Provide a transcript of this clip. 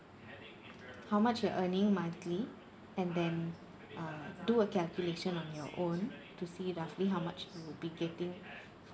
how much you're earning monthly and then uh do a calculation on your own to see roughly how much you'll be getting